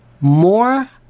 more